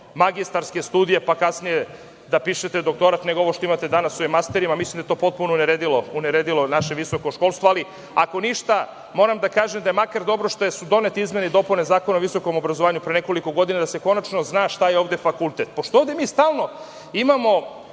magistarske studije, pa kasnije da pišete doktorat, nego ovo što imate danas sa ovim masterima. Mislim da je to potpuno uneredilo naše visoko školstvo. Ako ništa, moram da kažem je makar dobro što su donete izmene i dopune Zakona o visokom obrazovanju pre nekoliko godina, da se konačno zna šta je ovde fakultet. Mi ovde stalno imamo